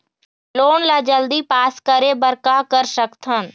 Loan ला जल्दी pass करे बर का कर सकथन?